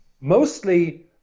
mostly